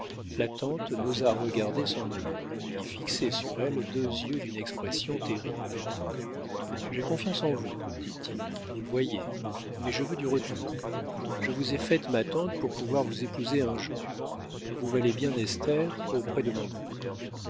la tante n'osa regarder son neveu qui fixait sur elle deux yeux d'une expression terrible j'ai confiance en vous dit-il vous le voyez mais je veux du retour je vous ai faite ma tante pour pouvoir vous épouser un jour vous valez bien esther auprès de mon oncle